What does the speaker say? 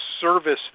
service